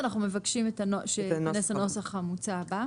אנחנו מבקשים שייכנס הנוסח המוצע הבא.